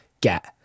get